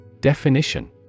Definition